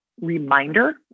reminder